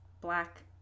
Black